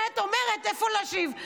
מי יושבת לידו?